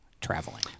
traveling